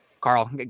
Carl